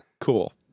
Cool